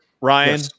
Ryan